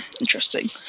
Interesting